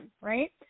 right